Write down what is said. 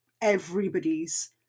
everybody's